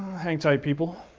hang tight, people.